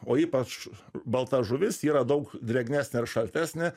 o ypač balta žuvis yra daug drėgnesnė ir šaltesnė